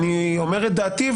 אני אומר את דעתי,